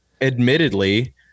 Admittedly